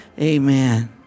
Amen